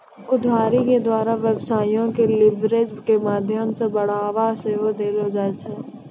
उधारी के द्वारा व्यवसायो के लीवरेज के माध्यमो से बढ़ाबा सेहो देलो जाय छै